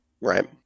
right